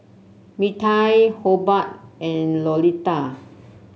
Mirtie Hobart and Lolita